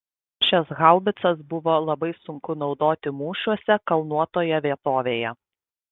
šias haubicas buvo labai sunku naudoti mūšiuose kalnuotoje vietovėje